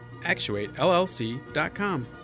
ActuateLLC.com